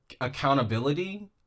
accountability